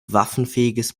waffenfähiges